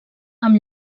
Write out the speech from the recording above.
amb